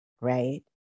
right